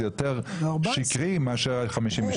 זה יותר שקרי מאשר ה-52.